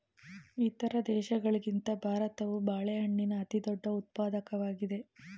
ಇತರ ದೇಶಗಳಿಗಿಂತ ಭಾರತವು ಬಾಳೆಹಣ್ಣಿನ ಅತಿದೊಡ್ಡ ಉತ್ಪಾದಕವಾಗಿದೆ